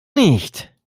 nicht